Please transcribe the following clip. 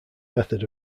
method